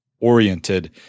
oriented